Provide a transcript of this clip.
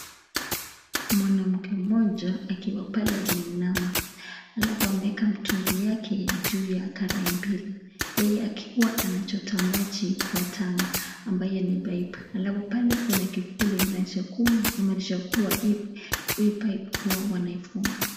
Mwanamke mmoja akiwa pale ameinama, alafu ameeka mtungi yake juu ya karai mbili, yeye akiwa anachota kwa tanki, ambayo ni nyeupe, alafu pale kuna kifuli inamaanisha kuwa hii paipu wanaifunga.